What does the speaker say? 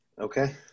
Okay